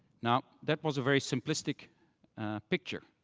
now, that was a very simplistic picture.